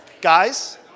Guys